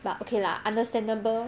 but okay lah understandable